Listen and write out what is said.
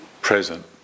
present